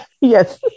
Yes